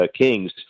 Kings